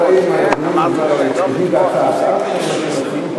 אני לא יודע אם אדוני הבין את ההצעה שמציעים פה,